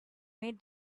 made